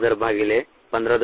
75 761